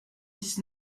dix